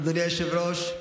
אדוני היושב-ראש,